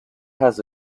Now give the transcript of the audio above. has